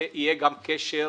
שיהיה גם קשר,